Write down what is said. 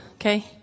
Okay